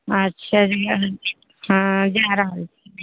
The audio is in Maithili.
अच्छा हँ जै रहल छी